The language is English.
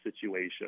situation